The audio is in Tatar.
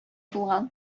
булган